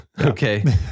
Okay